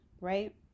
right